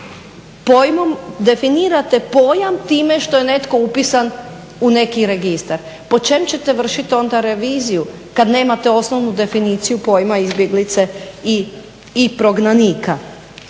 pojmom definirate pojam time što je netko upisan u neki registar. Po čem ćete vršiti onda reviziju kad nemate osnovnu definiciju pojma izbjeglice i prognanika.